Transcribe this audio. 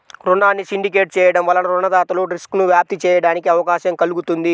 రుణాన్ని సిండికేట్ చేయడం వలన రుణదాతలు రిస్క్ను వ్యాప్తి చేయడానికి అవకాశం కల్గుతుంది